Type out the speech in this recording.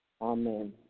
amen